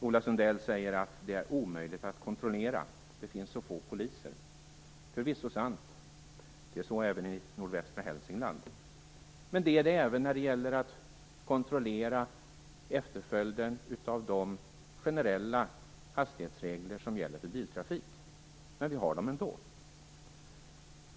Ola Sundell säger att det är omöjligt att kontrollera och att det finns så få poliser. Det är förvisso sant. Det är så även i nordvästra Hälsingland. Det är det även när det gäller att kontrollera efterföljden av de generella hastighetsregler som gäller för biltrafik, men vi har dem ändå.